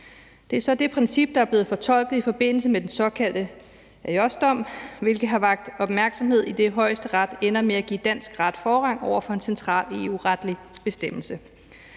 Det er så det princip, der er blevet fortolket i forbindelse med den såkaldte Ajosdom, hvilket har vakt opmærksomhed, idet Højesteret ender med at give dansk ret forrang over for en central EU-retlig bestemmelse.